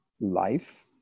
life